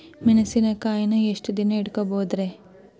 ಮೆಣಸಿನಕಾಯಿನಾ ಎಷ್ಟ ದಿನ ಇಟ್ಕೋಬೊದ್ರೇ?